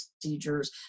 procedures